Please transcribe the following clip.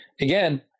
again